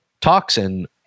toxin